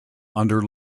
under